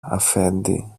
αφέντη